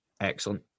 Excellent